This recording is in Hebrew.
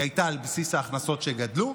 היא הייתה על בסיס ההכנסות שגדלו,